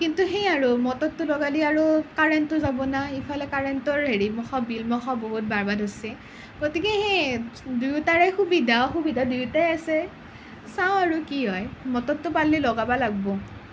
কিন্তু সেয়াই আৰু মটৰটো লগালে আৰু কাৰেণ্টটো যাব ন' ইফালে কাৰেণ্টৰ হেৰিমখা বিলমখা বহুত বাঢ়িব ধৰিছে গতিকে সেই দুয়োটাৰে সুবিধা অসুবিধা দুয়োটাই আছে চাওঁ আৰু কি হয় মটৰটো পাৰিলে লগাব লাগিব